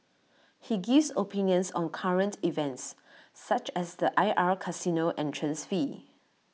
he gives opinions on current events such as the IR casino entrance fee